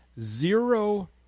zero